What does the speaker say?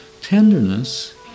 Tenderness